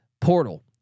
portal